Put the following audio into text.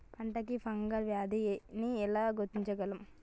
పంట కి ఫంగల్ వ్యాధి ని ఎలా గుర్తించగలం?